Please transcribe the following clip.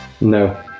No